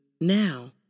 now